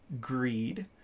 Greed